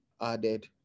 added